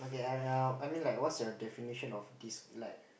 yea now I mean like what's your definition of this like